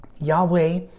Yahweh